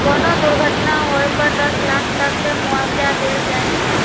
कोनो दुर्घटना होए पर दस लाख तक के मुआवजा देल जाई छई